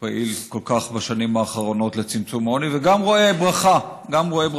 שפעיל כל כך בשנים האחרונות לצמצום עוני וגם רואה ברכה בפעולתו.